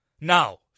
Now